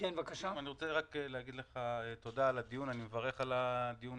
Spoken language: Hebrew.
מברך על הדיון